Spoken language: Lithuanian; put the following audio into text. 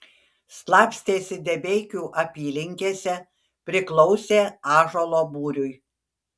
slapstėsi debeikių apylinkėse priklausė ąžuolo būriui